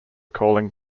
calling